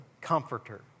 Comforter